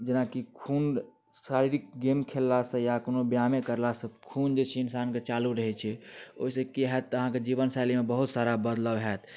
जेनाकि खून शारीरिक गेम खेललासँ या कोनो व्ययामे करलासँ खून जे छै इंसानके चालू रहैत छै ओहिसँ की होयत तऽ अहाँके जीवन शैलीमे बहुत सारा बदलाव होयत